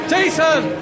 Jason